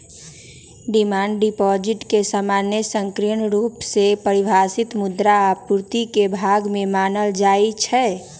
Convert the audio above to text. demand deposit के सामान्य संकीर्ण रुप से परिभाषित मुद्रा आपूर्ति के भाग मानल जाइ छै